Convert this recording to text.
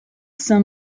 saint